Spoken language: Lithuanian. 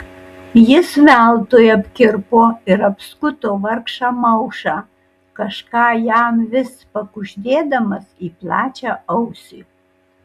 jis veltui apkirpo ir apskuto vargšą maušą kažką jam vis pakuždėdamas į plačią ausį